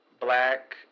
Black